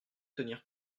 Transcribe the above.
tenir